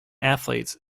athletes